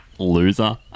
loser